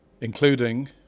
Including